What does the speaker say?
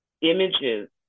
images